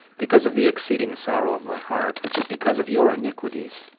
because of the exceeding sorrow of my heart, which is because of your iniquities!